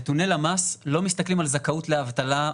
נתוני למ"ס לא מסתכלים על זכאות לאבטלה,